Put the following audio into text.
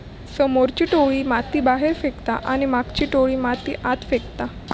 समोरची टोळी माती बाहेर फेकता आणि मागची टोळी माती आत फेकता